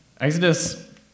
Exodus